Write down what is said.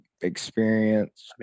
experience